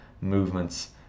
movements